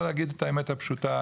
לא יגידו את האמת הפשוטה,